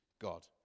God